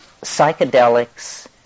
psychedelics